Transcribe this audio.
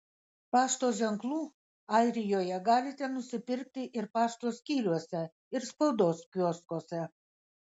pašto ženklų airijoje galite nusipirkti ir pašto skyriuose ir spaudos kioskuose